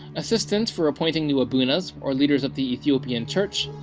assistance for appointing new abunas, or leaders of the ethiopian church.